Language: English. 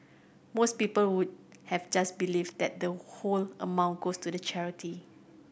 most people would have just believed that the whole amount goes to the charity